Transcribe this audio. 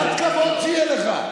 קצת כבוד שיהיה לך.